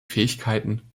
fähigkeiten